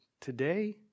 today